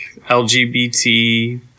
LGBT